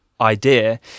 idea